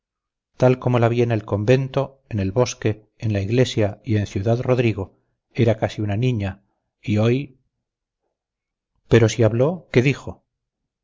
tal como la vi en el convento en el bosque en la iglesia y en ciudad-rodrigo era casi una niña y hoy pero si habló qué dijo